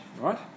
right